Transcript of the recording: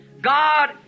God